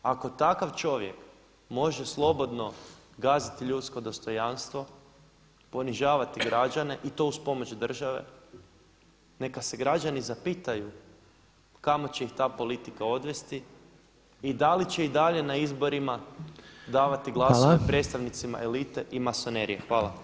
Ako takav čovjek može slobodno gaziti ljudsko dostojanstvo, ponižavati građane i to uz pomoć države neka se građani zapitaju kamo će ih ta politika odvesti i da li će i dalje na izborima davati glasove [[Upadica Reiner: Hvala.]] predstavnicima elite i masonerije.